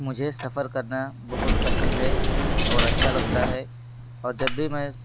مجھے سفر کرنا بہت پسند ہے اور اچھا لگتا ہے اور جب بھی میں